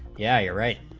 yeah yeah right